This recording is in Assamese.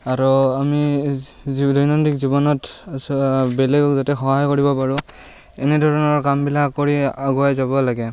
আৰু আমি যি দৈনন্দিন জীৱনত বেলেগক যাতে সহায় কৰিব পাৰোঁ এনেধৰণৰ কামবিলাক কৰি আগুৱাই যাব লাগে